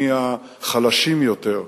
מי החלשים יותר,